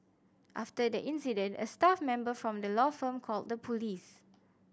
after the incident a staff member from the law firm called the police